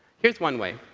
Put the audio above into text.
here's one way.